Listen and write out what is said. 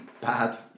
bad